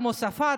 כמו שפה,